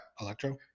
Electro